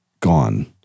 Gone